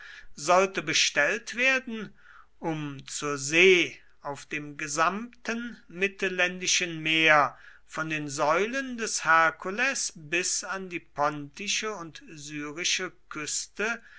sollte bestellt werden um zur see auf dem gesamten mittelländischen meer von den säulen des herkules bis an die pontische und syrische küste